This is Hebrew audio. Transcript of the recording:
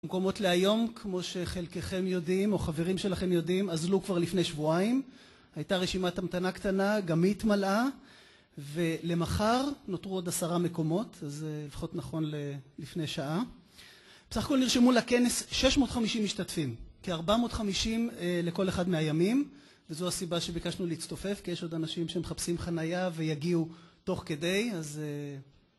המקומות להיום, כמו שחלקכם יודעים, או חברים שלכם יודעים, אזלו כבר לפני שבועיים. הייתה רשימת המתנה קטנה, גם היא התמלאה, ולמחר נותרו עוד עשרה מקומות, אז לפחות נכון לפני שעה. בסך הכול נרשמו לכנס 650 משתתפים, כ-450 לכל אחד מהימים, וזו הסיבה שביקשנו להצטופף, כי יש עוד אנשים שמחפשים חנייה ויגיעו תוך כדי, אז...